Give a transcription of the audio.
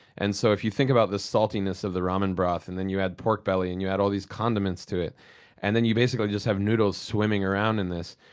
and so if you think about the saltiness of the ramen broth, and then you add pork belly, and you add all these condiments to it and then you basically just have noodles swimming around in this.